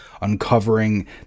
uncovering